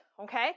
okay